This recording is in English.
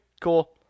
Cool